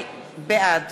בעד